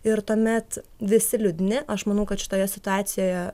ir tuomet visi liūdni aš manau kad šitoje situacijoje